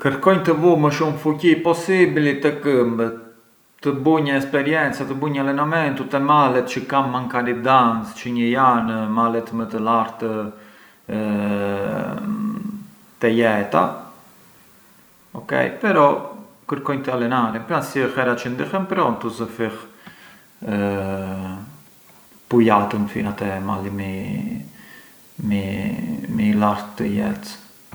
Kërkonj të vu më shumë fuqi possibili te këmbët, të bunj esperienza, të bunj allenamentu te malet çë kam makari dancë, çë ngë jan malet më të lartë te jeta, ok, però kërkonj të allenarem, pran si ë hera çë ndihem prontu zë fill pujatën fina te mali më i… më i lart të jetës.